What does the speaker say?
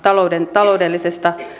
taloudellisista